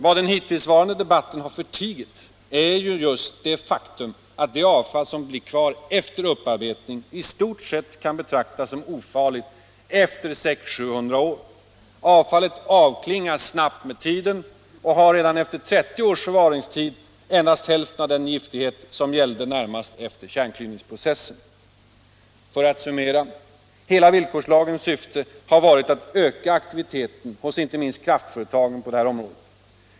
Vad den hittillsvarande debatten har förtigit är just det faktum att det avfall som blir kvar efter upparbetning i stort sett kan betraktas som ofarligt efter 600-700 år. Radioaktiviteten avklingar snabbt med tiden, och avfallet har redan efter 30 års förvaringstid endast hälften av den giftighet som gällde närmast efter kärnklyvningsprocessen. För att summera: Hela villkorslagens syfte har varit att öka aktiviteten inte minst hos kraftföretagen på det här området.